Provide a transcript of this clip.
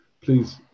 please